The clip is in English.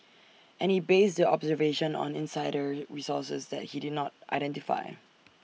and he based the observation on insider resources that he did not identify